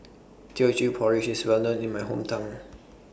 Teochew Porridge IS Well known in My Hometown